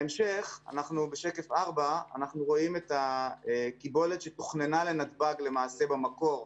בשקף 4 אנחנו רואים את הקיבולת שתוכננה לנתב"ג במקור.